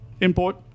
import